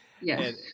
yes